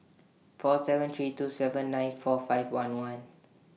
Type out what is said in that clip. four seven three two seven nine four five one one